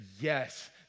yes